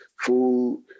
food